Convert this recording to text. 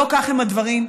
לא כך הם הדברים,